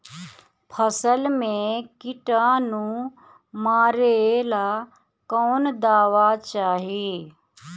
फसल में किटानु मारेला कौन दावा चाही?